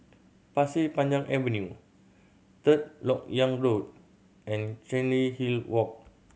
Pasir Panjang Avenue Third Lok Yang Road and Chancery Hill Walk